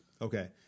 Okay